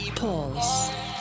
pause